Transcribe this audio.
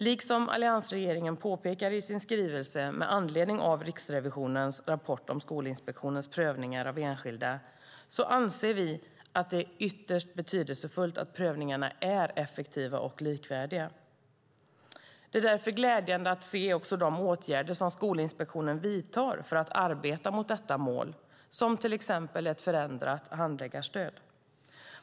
Liksom alliansregeringen påpekar i sin skrivelse med anledning av Riksrevisionens rapport om Skolinspektionens prövningar av enskilda anser vi att det är ytterst betydelsefullt att prövningarna är effektiva och likvärdiga. Det är därför glädjande att se de åtgärder som Skolinspektionen vidtar för att arbeta mot detta mål, exempelvis ett förändrat handläggarstöd.